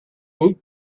woot